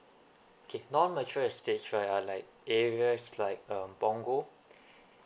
okay non mature estates right are like areas like uh punggol